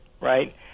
right